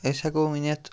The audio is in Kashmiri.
أسۍ ہیٚکو ؤنِتھ